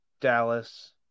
Dallas